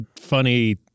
funny